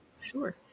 Sure